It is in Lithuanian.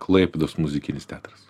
klaipėdos muzikinis teatras